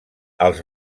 els